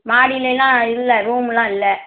மாடிலேல்லாம் இல்லை ரூமுல்லாம் இல்லை